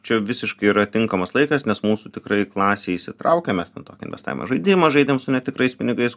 čia visiškai yra tinkamas laikas nes mūsų tikrai klasė įsitraukė mes ten tokį investavimo žaidimą žaidėm su netikrais pinigais